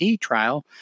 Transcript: trial